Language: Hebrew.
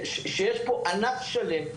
יש פה ענף שלם,